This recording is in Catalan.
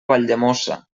valldemossa